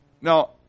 Now